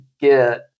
get